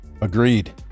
Agreed